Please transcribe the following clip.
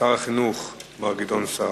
שר החינוך גדעון סער.